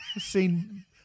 seen